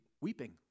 weeping